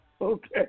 Okay